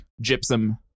Gypsum